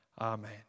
Amen